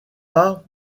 pas